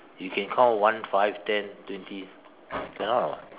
you can count one five ten twenty cannot [what]